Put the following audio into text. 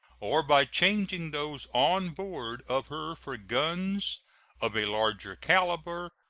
or by changing those on board of her for guns of a larger caliber,